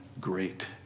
great